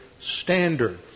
standard